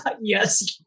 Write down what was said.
yes